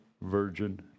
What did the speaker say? virgin